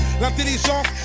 L'intelligence